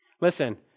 Listen